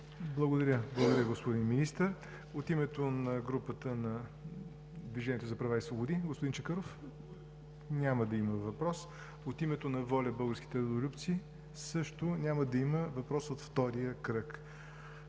Благодаря Ви, господин Министър. От името на групата на „Движението за права и свободи“ – господин Чакъров? Няма да има въпрос. От името на „ВОЛЯ – Българските Родолюбци“ – също няма да има въпрос от втория кръг.